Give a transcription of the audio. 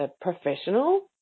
professional